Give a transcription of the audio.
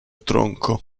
tronco